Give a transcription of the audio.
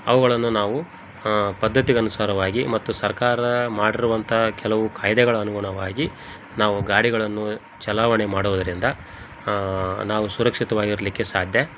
ಅವುಗಳನ್ನು ನಾವು ಪದ್ಧತಿಗನುಸಾರವಾಗಿ ಮತ್ತು ಸರ್ಕಾರ ಮಾಡಿರುವಂತಹ ಕೆಲವು ಕಾಯ್ದೆಗಳ ಅನುಗುಣವಾಗಿ ನಾವು ಗಾಡಿಗಳನ್ನು ಚಲಾವಣೆ ಮಾಡೋದರಿಂದ ನಾವು ಸುರಕ್ಷಿತವಾಗಿರಲಿಕ್ಕೆ ಸಾಧ್ಯ